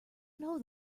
know